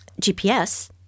GPS